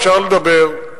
אפשר לדבר,